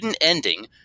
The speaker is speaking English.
ending